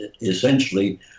essentially